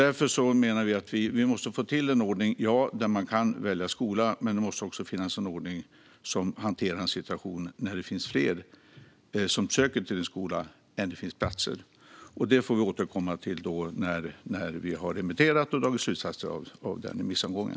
Därför menar vi att vi måste få till en ordning där man kan välja skola, men det måste också finnas en ordning som hanterar situationen där fler söker till en skola än det finns platser. Vi får återkomma till detta när vi har remitterat utredningen och dragit slutsatser av remissomgången.